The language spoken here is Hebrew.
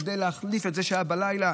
כדי להחליף את זה שהיה בלילה.